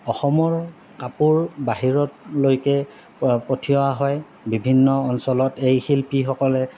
অসমৰ কাপোৰ বাহিৰতলৈকে পঠিওৱা হয় বিভিন্ন অঞ্চলত এই শিল্পীসকলে